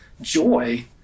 joy